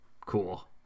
cool